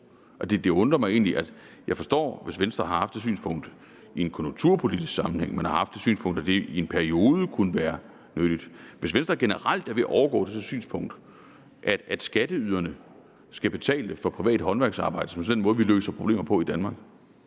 Jeg undrer mig egentlig. Jeg kunne forstå det, hvis Venstre havde haft det synspunkt i en konjunkturpolitisk sammenhæng, altså at det i en periode kunne være nyttigt. Hvis Venstre generelt er ved at overgå til det synspunkt, at skatteyderne skal betale for privat håndværksarbejde som sådan en måde, vi løser problemer på i Danmark,